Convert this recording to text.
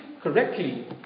correctly